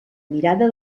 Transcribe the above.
mirada